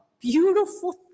Beautiful